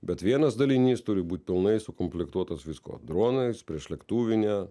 bet vienas dalinys turi būt pilnai sukomplektuotas visko dronais priešlėktuvine